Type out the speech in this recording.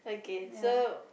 ya